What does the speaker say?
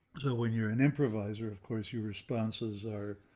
so when you're an improviser, of course, you responses are,